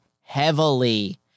heavily